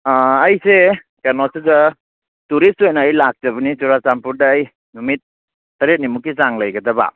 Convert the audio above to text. ꯑꯥ ꯑꯩꯁꯦ ꯀꯩꯅꯣꯁꯤꯗ ꯇꯨꯔꯤꯁ ꯑꯣꯏꯅ ꯑꯩ ꯂꯥꯛꯆꯕꯅꯦ ꯆꯨꯔꯥꯆꯥꯟꯄꯨꯔꯗ ꯑꯩ ꯅꯨꯃꯤꯠ ꯇꯔꯦꯠꯅꯤꯃꯨꯛꯀꯤ ꯆꯥꯡ ꯂꯩꯒꯗꯕ